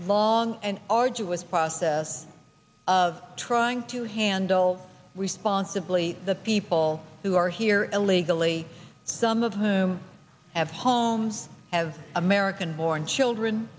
long and arduous process of trying to handle responsibly the people who are here illegally some of whom have homes have american born children